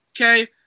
okay